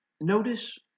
notice